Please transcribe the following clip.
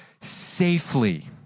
safely